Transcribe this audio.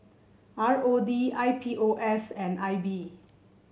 R O D I P O S and I B